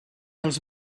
els